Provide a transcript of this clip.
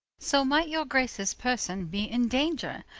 so might your graces person be in danger.